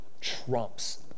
trumps